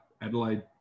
Adelaide